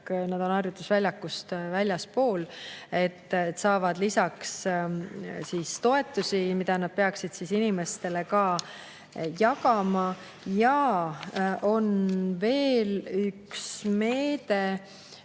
on harjutusväljakust väljaspool, saavad lisaks toetusi, mida nad peaksid inimestele ka jagama. Ja on veel üks meede: